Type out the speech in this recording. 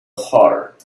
heart